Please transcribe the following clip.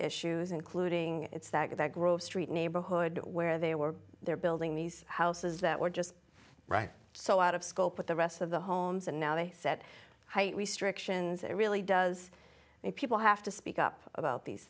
issues including its that that grove street neighborhood where they were their building these houses that were just right so out of scope with the rest of the homes and now they set height restrictions it really does mean people have to speak up about these